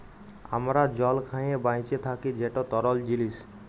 আমরা জল খাঁইয়ে বাঁইচে থ্যাকি যেট তরল জিলিস